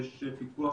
יש פיקוח,